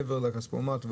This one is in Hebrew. מעבר לכספומט,